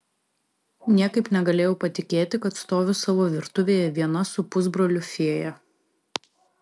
niekaip negalėjau patikėti kad stoviu savo virtuvėje viena su pusbroliu fėja